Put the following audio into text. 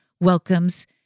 welcomes